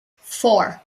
four